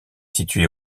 située